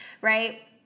right